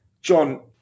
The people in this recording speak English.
John